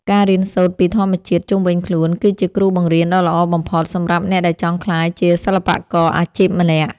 ការរៀនសូត្រពីធម្មជាតិជុំវិញខ្លួនគឺជាគ្រូបង្រៀនដ៏ល្អបំផុតសម្រាប់អ្នកដែលចង់ក្លាយជាសិល្បករអាជីពម្នាក់។